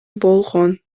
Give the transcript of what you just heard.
болгон